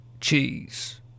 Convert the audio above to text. Cheese